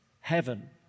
heaven